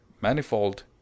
manifold